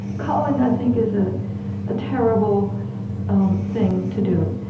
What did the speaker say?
culling, i think, is a ah terrible um thing to do.